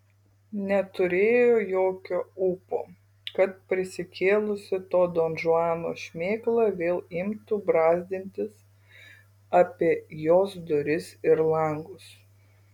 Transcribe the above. neturėjo jokio ūpo kad prisikėlusi to donžuano šmėkla vėl imtų brazdintis apie jos duris ir langus